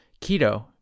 Keto